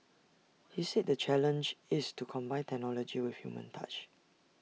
he said the challenge is to combine technology with human touch